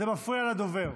זה מפריע לדובר.